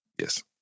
yes